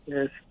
Yes